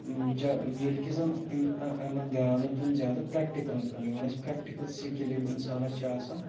جا ییٚلہِ کہِ زَن امہِ یِمَن دیان اوس دیُن زیادٕ پرٛٮ۪کٹِکَلَن یِمَن ٲسۍ پرٛٮ۪کٹِکَل سِکِل یِم اِنسانَس چھِ آسان